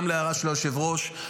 גם להערה של היושב-ראש.